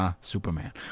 Superman